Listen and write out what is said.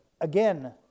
Again